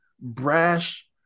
brash